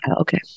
Okay